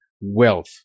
wealth